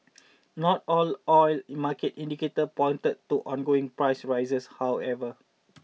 not all oil market indicator pointed to ongoing price rises however